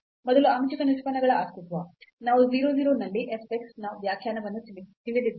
ಮೊದಲು ಆಂಶಿಕ ನಿಷ್ಪನ್ನಗಳ ಅಸ್ತಿತ್ವ ನಾವು 0 0 ನಲ್ಲಿ f x ನ ವ್ಯಾಖ್ಯಾನವನ್ನು ತಿಳಿದಿದ್ದೇವೆ